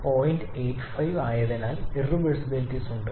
85 ആയതിനാൽ ഇർറിവേഴ്സിബിലിറ്റീസ്യുണ്ട്